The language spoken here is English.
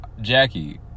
Jackie